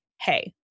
hey